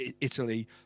Italy